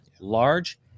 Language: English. large